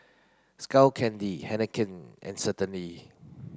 Skull Candy Heinekein and Certainly